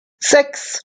sechs